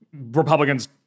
Republicans